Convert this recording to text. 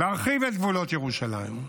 להרחיב את גבולות ירושלים,